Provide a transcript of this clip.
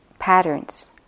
patterns